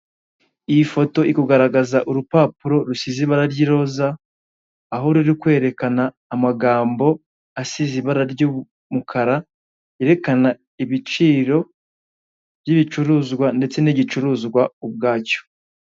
Iyi foto iri kugaragaza urupapuro rusize ibara ry'iroza aho ruri kwerekana amagambo asize ibara ry'umukara, yerekana ibicuruzwa ndetse n'igicuruzwa ubwacyo.